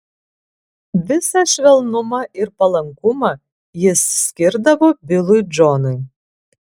visą švelnumą ir palankumą jis skirdavo bilui džonui